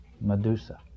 Medusa